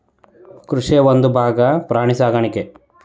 ಕೃಷಿಯ ಒಂದುಭಾಗಾ ಪ್ರಾಣಿ ಸಾಕಾಣಿಕೆ